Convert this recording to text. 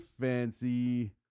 fancy